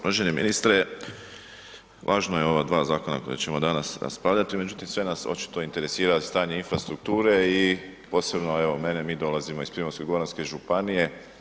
Uvaženi ministre, važno je ova dva zakona koja ćemo danas raspravljati, međutim sve nas očito interesira stanje infrastrukture i posebno evo mene, mi dolazimo iz Primorsko-goranske županije.